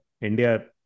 India